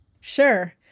Sure